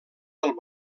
del